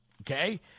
Okay